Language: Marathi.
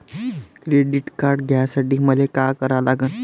क्रेडिट कार्ड घ्यासाठी मले का करा लागन?